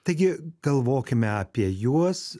taigi galvokime apie juos